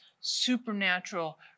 supernatural